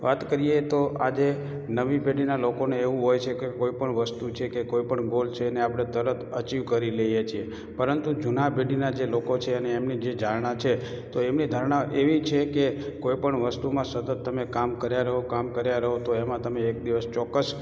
વાત કરીએ તો આજે નવી પેઢીના લોકોને એવું હોય છે કે કોઈપણ વસ્તુ છે કે કોઈપણ ગોલ છે તેને આપણે તરત અચીવ કરી લઇએ છીએ પરંતુ જૂનાં પેઢીનાં જે લોકો છે એમને જે ધારણાં છે તો એમની ધારણા એવી છે કે કોઇપણ વસ્તુમાં સતત તમે કામ કર્યાં રહો કામ કર્યાં રહો તો એમાં તમે એક દિવસ ચોક્ક્સ